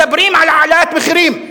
מדברים על העלאת מחירים.